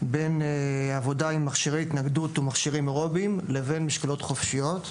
בין עבודה עם מכשירי התנגדות ומכשירים אירוביים לבין משקלות חופשיות,